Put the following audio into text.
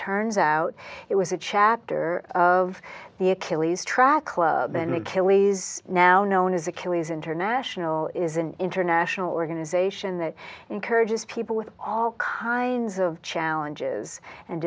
turns out it was a chapter of the achilles track club an achilles now known as achilles international is an international organization that encourages people with all kinds of challenges and